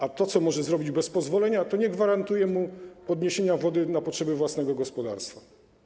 A to, co może zrobić bez pozwolenia, nie gwarantuje mu podniesienia zasobów wody na potrzeby własnego gospodarstwa.